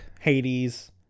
Hades